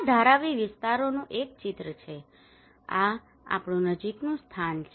આ ધારાવી વિસ્તારોનું એક ચિત્ર છે આ આપણું નજીકનું સ્થાન છે